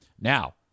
Now